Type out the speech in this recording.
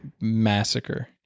massacre